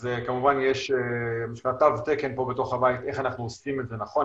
אז כמובן יש מה שנקרא תו תקן בתוך הבית איך אנחנו עושים את זה נכון,